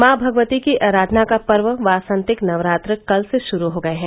मां भगवती की आराधना का पर्व वासंतिक नवरात्र कल से शुरू हो गये है